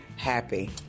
happy